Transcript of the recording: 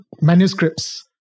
manuscripts